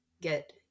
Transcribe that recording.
get